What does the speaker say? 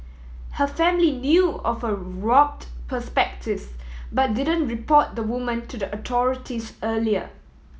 her family knew of her warped perspectives but didn't report the woman to the authorities earlier